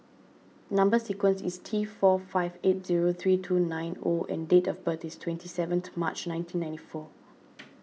Number Sequence is T four five eight zero three two nine O and date of birth is twenty seventh March nineteen ninety four